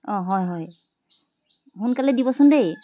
অঁ হয় হয় সোনকালে দিবচোন দেই